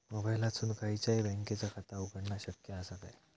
मोबाईलातसून खयच्याई बँकेचा खाता उघडणा शक्य असा काय?